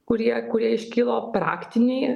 kurie kurie iškilo praktiniai